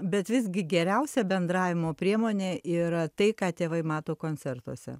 bet visgi geriausia bendravimo priemonė yra tai ką tėvai mato koncertuose